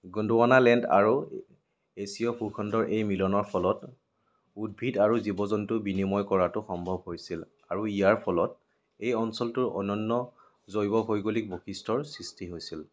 Gondwana land আৰু এছীয় ভূখণ্ডৰ এই মিলনৰ ফলত উদ্ভিদ আৰু জীৱ জন্তু বিনিময় কৰাটো সম্ভৱ হৈছিল আৰু ইয়াৰ ফলত এই অঞ্চলটোৰ অনন্য জৈৱ ভৌগোলিক বৈশিষ্ট্য়ৰ সৃষ্টি হৈছিল